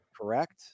Correct